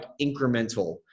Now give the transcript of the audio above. incremental